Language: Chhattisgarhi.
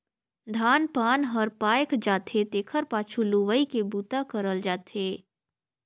धान पान हर पायक जाथे तेखर पाछू लुवई के बूता करल जाथे